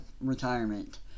retirement